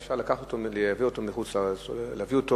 אפשר היה להביא אותו מחוץ-לארץ לארץ,